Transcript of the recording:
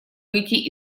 выйти